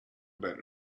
about